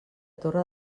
torre